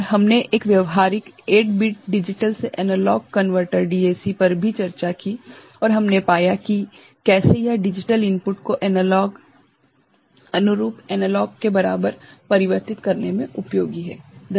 और हमने एक व्यावहारिक 8 बिट डिजिटल से एनालॉग कनवर्टर डीएसी 0808 पर भी चर्चा की और हमने पाया कि कैसे यह डिजिटल इनपुट को अनुरूप एनालॉग के बराबर परिवर्तित करने में उपयोगी है